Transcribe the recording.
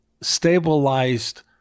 stabilized